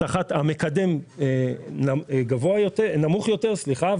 המקדם גבוה יותר, נמוך יותר, סליחה.